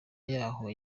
yaho